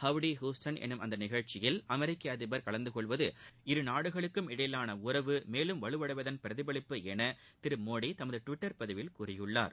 Gauri Houston என்னும் அந்த நிகழ்ச்சியில் அமெரிக்க அதிபர் கலந்து கொள்வது இருநாடுகளுக்கும் இடையிலான உறவு மேலும் வலுவடைவதன் பிரதிபலிப்பு என திரு மோடி தமது டுவிட்டர் பதிவில் கூறியுள்ளார்